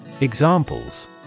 Examples